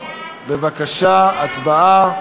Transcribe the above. בבקשה, הצבעה.